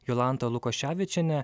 jolanta lukoševičienė